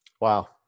Wow